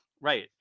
right